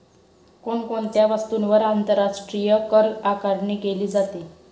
कोण कोणत्या वस्तूंवर आंतरराष्ट्रीय करआकारणी केली जाते?